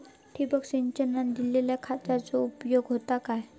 ठिबक सिंचनान दिल्या खतांचो उपयोग होता काय?